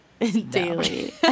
daily